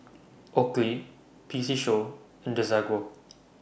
Oakley P C Show and Desigual